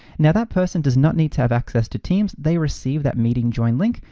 now that person does not need to have access to teams. they receive that meeting join link,